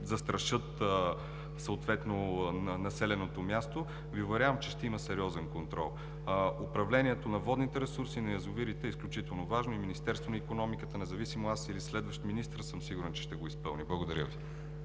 застрашат съответно населеното място, Ви уверявам, че ще има сериозен контрол. Управлението на водните ресурси, на язовирите, е изключително важно и Министерството на икономиката независимо аз или следващ министър, съм сигурен, че ще го изпълни. Благодаря Ви.